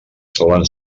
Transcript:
solen